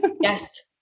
Yes